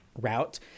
route